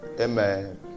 Amen